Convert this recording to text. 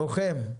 לוחם.